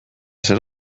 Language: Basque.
zer